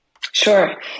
Sure